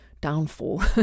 downfall